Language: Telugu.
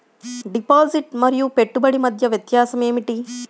డిపాజిట్ మరియు పెట్టుబడి మధ్య వ్యత్యాసం ఏమిటీ?